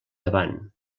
davant